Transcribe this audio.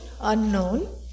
unknown